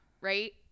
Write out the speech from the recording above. right